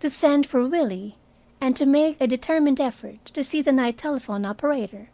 to send for willie and to make a determined effort to see the night telephone-operator.